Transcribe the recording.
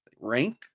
rank